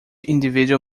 individual